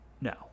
no